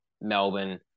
Melbourne